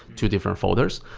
two different folders.